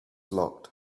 locked